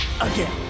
again